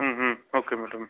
okay madam